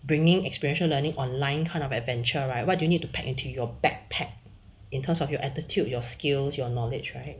bringing experiential learning online kind of adventure right what do you need to pack into your backpack in terms of your attitude your skills your knowledge right